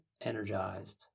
energized